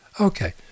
Okay